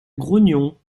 grognon